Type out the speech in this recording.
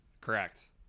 Correct